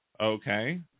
Okay